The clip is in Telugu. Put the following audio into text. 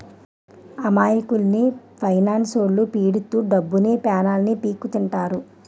అమాయకుల్ని ఫైనాన్స్లొల్లు పీడిత్తు డబ్బుని, పానాన్ని పీక్కుతింటారు